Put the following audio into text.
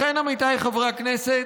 לכן, עמיתיי חברי הכנסת,